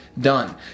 done